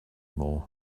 more